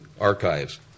archives